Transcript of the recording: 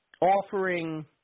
offering –